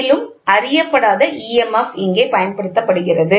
மேலும் அறியப்படாத EMF இங்கே பயன்படுத்தப்படுகிறது